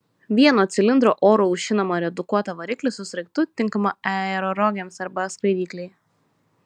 vieno cilindro oru aušinamą redukuotą variklį su sraigtu tinkamą aerorogėms arba skraidyklei